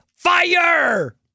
Fire